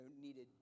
needed